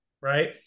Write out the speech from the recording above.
right